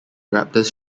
raptors